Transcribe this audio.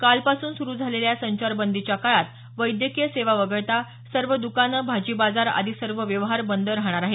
कालपासून सुरू झालेल्या या संचारबंदीच्या काळात वैद्यकीय सेवा वगळता सर्व दुकानं भाजी बाजार आदी सर्व व्यवहार बंद राहणार आहेत